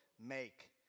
make